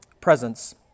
presence